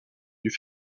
lui